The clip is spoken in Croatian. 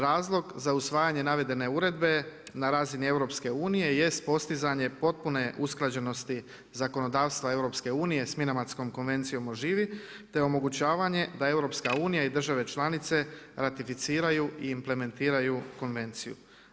Razlog za usvajanje navedene uredbe na razini EU jest postizanje potpune usklađenosti zakonodavstva EU sa Minamatskom konvencijom o živi te omogućavanje da EU i države članice ratificiraju i implementiraju konvenciju.